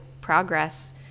progress